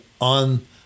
on